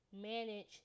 manage